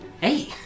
Hey